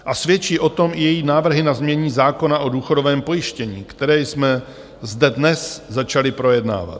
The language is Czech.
A svědčí o tom i její návrhy na zákona o důchodovém pojištění, které jsme zde dnes začali projednávat.